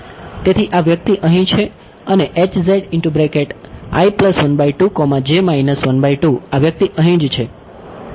તેથી આ વ્યક્તિ અહીં છે અને આ વ્યક્તિ અહીં જ છે